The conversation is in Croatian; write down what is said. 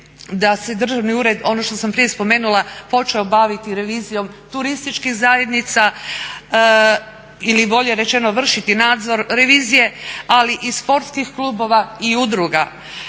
da se Državni ured ono što sam prije spomenula počeo baviti revizijom turističkih zajednica ili bolje rečeno vršiti nadzor revizije, ali i sportskih klubova i udruga.